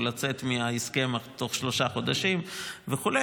או לצאת מההסכם בתוך שלושה חודשים וכו',